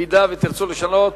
אם תרצו לשנות,